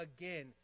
again